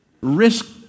risk